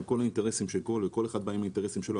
כל אחד בא עם האינטרסים שלו,